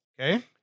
Okay